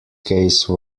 case